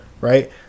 Right